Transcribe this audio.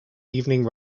evening